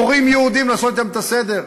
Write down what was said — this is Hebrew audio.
פורעים יהודים, לעשות אתם את הסדר.